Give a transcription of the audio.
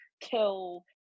kill